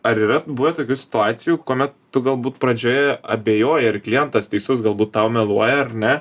ar yra buvę tokių situacijų kuomet tu galbūt pradžioje abejoji ar klientas teisus galbūt tau meluoja ar ne